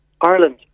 Ireland